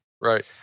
Right